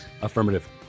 Affirmative